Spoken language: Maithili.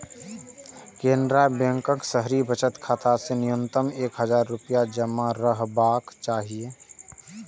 केनरा बैंकक शहरी बचत खाता मे न्यूनतम एक हजार रुपैया जमा रहबाक चाही